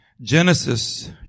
Genesis